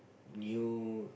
new